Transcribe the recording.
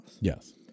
Yes